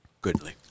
Goodly